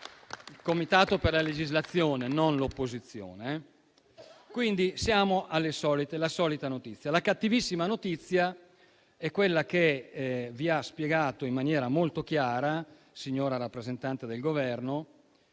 il Comitato per la legislazione, non l'opposizione. Quindi siamo alle solite; è la solita notizia. La cattivissima notizia è quella che vi ha spiegato in maniera molto chiara, signora rappresentante del Governo,